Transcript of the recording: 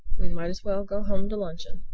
we might as well go home to luncheon.